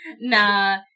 Nah